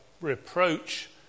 reproach